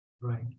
Right